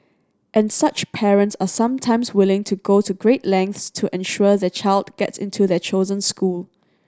and such parents are sometimes willing to go to great lengths to ensure their child gets into their chosen school